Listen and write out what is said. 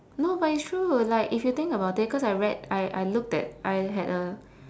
no but it's true like if you think about it cause I read I looked at I had a